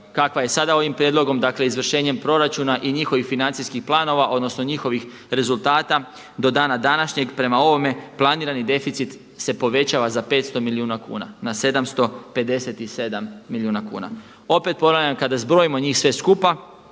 kakva je sada ovim prijedlogom, dakle izvršenjem proračuna i njihovih financijskih planova, odnosno njihovih rezultata do dana današnjeg. Prema ovome planirani deficit se povećava za 500 milijuna kuna na 757 milijuna kuna. Opet ponavljam kada zbrojimo njih sve skupa